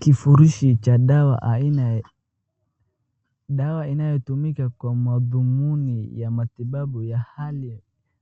Kifurishi cha dawa aina ya. Dawa inayotumika kwa madhumuni ya matibabu ya hali